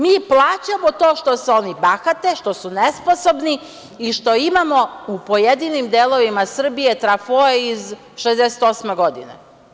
Mi plaćamo to što se oni bahate, što su nesposobni i što imamo u pojedinim delovima Srbije trafoe iz 1968. godine.